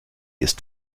ist